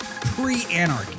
pre-anarchy